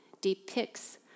depicts